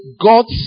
God's